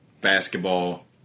basketball